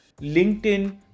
LinkedIn